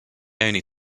only